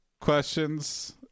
questions